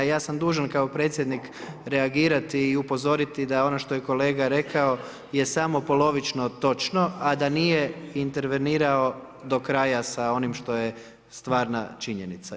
Ja sam dužan kao predsjednik reagirati i upozoriti da ono što je kolega rekao je samo polovično točno, a da nije intervenirao do kraja sa onim što je stvarna činjenica.